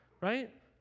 right